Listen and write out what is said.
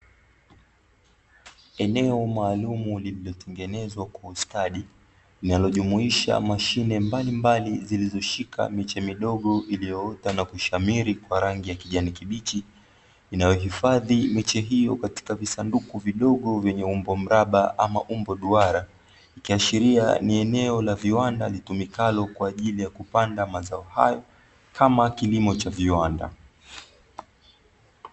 Eneo maalumu limetengenezwa kwa ustadi linalojumuisha mashine mbalimbali zinazo shika miche midogo, iliyoota na kushamiri kwa rangi ya kijani kibichi inayo hifadhi miche hiyo katika visanduku vidogo vyenye umbo mraba ama umbo duara ikiashiria ni eneo la viwanda litumikalo kwaajili ya kupanda mazao hayo kama kilimo cha viwanda.